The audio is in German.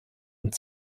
und